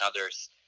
others